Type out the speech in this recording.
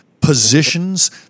positions